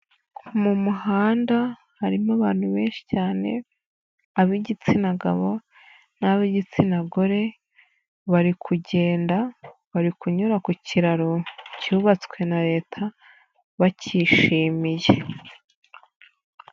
Mu muhanda harimo abantu benshi cyane, ab'igitsina gabo n'ab'igitsina gore, bari kugenda, bari kunyura ku kiraro cyubatswe na leta, bacyishimiye.